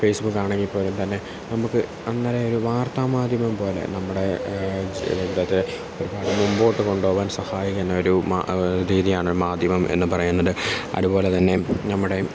ഫേസ്ബുക്കാണെങ്കിൽ പോലും തന്നെ നമുക്ക് അങ്ങനെ ഒരു വാർത്താമാധ്യമം പോലെ നമ്മുടെ ജീവിതത്തെ ഒരുപാട് മുൻപോട്ട് കൊണ്ടുപോവാൻ സഹായിക്കുന്ന ഒരു രീതിയാണ് മാധ്യമം എന്ന് പറയുന്നത് അതുപോലെ തന്നെ നമ്മുടെ